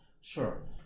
Sure